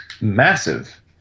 massive